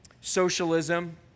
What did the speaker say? socialism